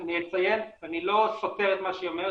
אני לא סותר את מה שהיא אומרת,